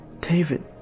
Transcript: David